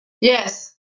Yes